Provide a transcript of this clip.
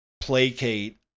placate